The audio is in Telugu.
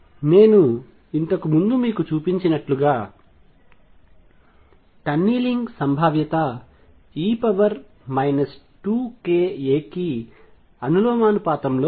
నేను ఇంతకు ముందు మీకు చూపించినట్లుగా టన్నలింగ్ సంభావ్యత e 2ka కి అనులోమానుపాతంలో ఉంది